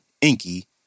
Inky